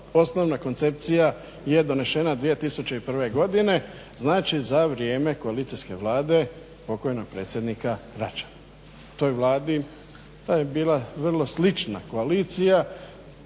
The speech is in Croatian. osnovna koncepcija je donesena 2001. godine. Znači, za vrijeme koalicijske Vlade pokojnog predsjednika Račana. To je bila vrlo slična koalicija